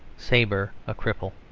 sabre a cripple.